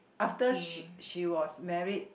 after she she was married